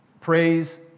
Praise